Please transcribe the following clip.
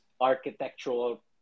architectural